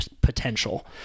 potential